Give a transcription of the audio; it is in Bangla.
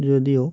যদিও